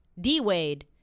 D-Wade